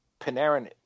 Panarin